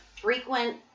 frequent